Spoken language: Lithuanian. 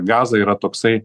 gaza yra toksai